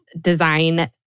design